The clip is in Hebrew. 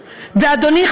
ואדוני,